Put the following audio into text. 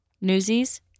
newsies